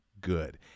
good